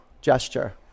gesture